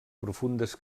profundes